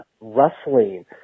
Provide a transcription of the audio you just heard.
wrestling